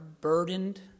burdened